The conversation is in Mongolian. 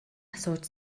асууж